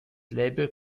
label